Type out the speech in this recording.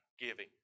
giving